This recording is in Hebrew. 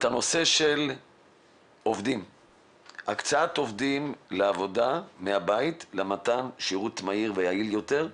בנושא הקצאת העובדים לעבודה מהבית למתן שירות מהיר ויעיל יותר,